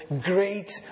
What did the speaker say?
great